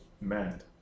mad